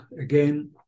again